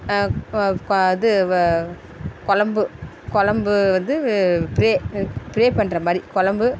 குழம்பு குழம்பு வந்து ப்ரே ப்ரே பண்ணுற மாதிரி குழம்பு